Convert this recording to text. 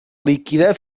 líquida